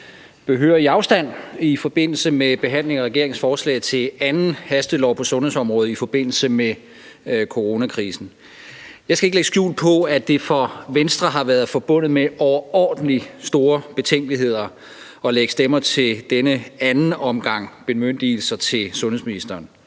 behørig afstand i forbindelse med behandlingen af regeringens forslag til anden hastelov på sundhedsområdet i forbindelse med coronakrisen. Jeg skal ikke lægge skjul på, at det for Venstre har været forbundet med overordentlig store betænkeligheder at lægge stemmer til denne anden omgang bemyndigelser til sundhedsministeren,